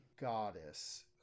goddess